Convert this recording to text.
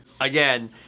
Again